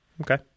Okay